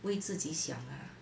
为自己想 ah